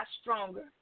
stronger